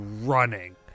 running